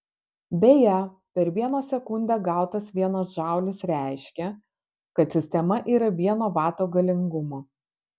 beje per vieną sekundę gautas vienas džaulis reiškia kad sistema yra vieno vato galingumo